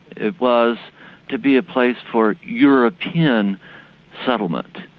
it was to be a place for european settlement.